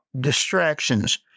distractions